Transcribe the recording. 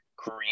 Create